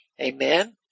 Amen